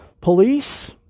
police